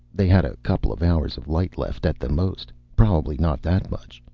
they had a couple of hours of light left, at the most. probably not that much.